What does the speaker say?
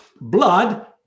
blood